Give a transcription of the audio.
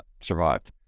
survived